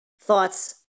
thoughts